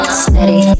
steady